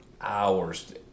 hours